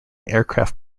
aircraft